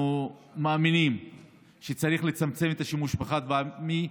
אנחנו מאמינים שצריך לצמצם את השימוש בחד-פעמי,